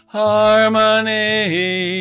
harmony